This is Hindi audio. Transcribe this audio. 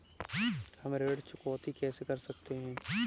हम ऋण चुकौती कैसे कर सकते हैं?